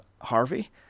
Harvey